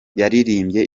yaririmbye